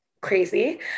Crazy